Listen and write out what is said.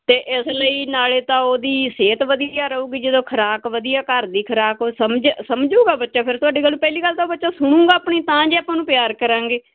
ਤੇ ਇਸ ਲਈ ਨਾਲੇ ਤਾਂ ਉਹਦੀ ਸਿਹਤ ਵਧੀਆ ਰਹੂਗੀ ਜਦੋਂ ਖੁਰਾਕ ਵਧੀਆ ਘਰ ਦੀ ਖੁਰਾਕ ਕੋਈ ਸਮਝ ਸਮਝੂਗਾ ਬੱਚਾ ਫਿਰ ਤੁਹਾਡੀ ਗੱਲ ਪਹਿਲੀ ਗੱਲ ਤਾਂ ਬੱਚਾ ਸੁਣੂਗਾ ਆਪਣੀ ਤਾਂ ਜੇ ਆਪਾਂ ਉਹਨੂੰ ਪਿਆਰ ਕਰਾਂਗੇ